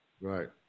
Right